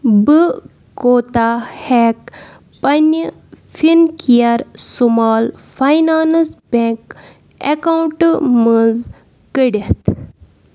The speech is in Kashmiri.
بہٕ کوتاہ ہٮ۪کہٕ پنٛنہِ Fincare small finance bank account منٛز کٔڑِتھ